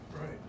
Right